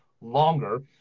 longer